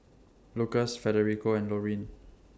Lukas Federico and Lorine